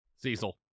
Cecil